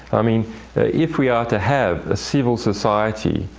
i mean if we are to have a civil society,